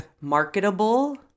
marketable